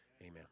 Amen